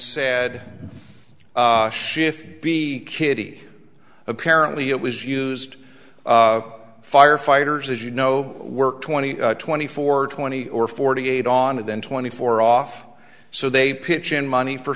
said shift b kid apparently it was used firefighters as you know work twenty twenty four twenty or forty eight on and then twenty four off so they pitch in money for